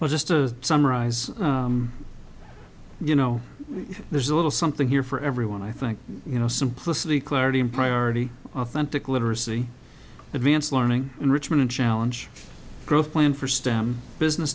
well just to summarize you know there's a little something here for everyone i think you know simplicity clarity in priority authentic literacy advanced learning enrichment challenge growth plan for stem business